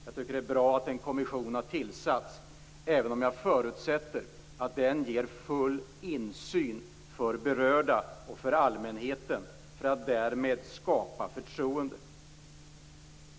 Jag tycker att det är bra att en kommission har tillsatts och förutsätter att den ger full insyn för berörda och för allmänheten för att därmed skapa förtroende.